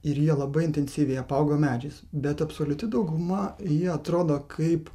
ir jie labai intensyviai apaugo medžiais bet absoliuti dauguma ji atrodo kaip